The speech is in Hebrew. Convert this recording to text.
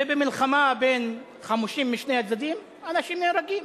ובמלחמה בין חמושים משני הצדדים אנשים נהרגים,